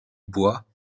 bois